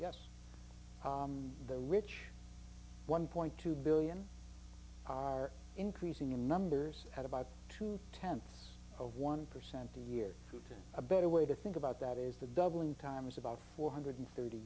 yes the rich one point two billion are increasing in numbers at about two tenths of one percent a year to get a better way to think about that is the doubling time is about four hundred thirty